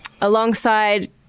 alongside